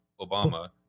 Obama